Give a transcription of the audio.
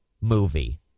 movie